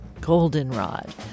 goldenrod